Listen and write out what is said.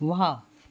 वाह